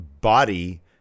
body